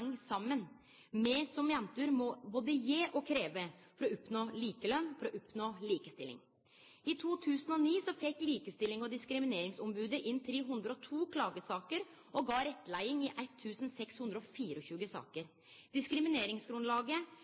heng saman. Me som jenter må både gje og krevje for å oppnå likeløn, for å oppnå likestilling. I 2009 fekk likestillings- og diskrimineringsombodet inn 302 klagesaker og gav rettleiing i 1 624 saker. Diskrimineringsgrunnlaget